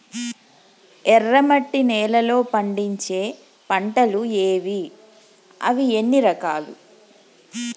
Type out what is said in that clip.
ఎర్రమట్టి నేలలో పండించే పంటలు ఏవి? అవి ఎన్ని రకాలు?